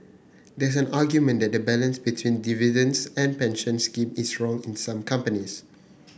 there's an argument that the balance between dividends and pension scheme is wrong in some companies